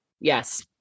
Yes